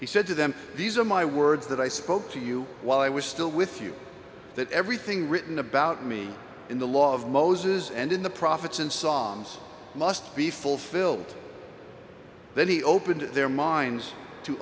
he said to them these are my words that i spoke to you while i was still with you that everything written about me in the law of moses and in the prophets in psalms must be fulfilled then he opened their minds to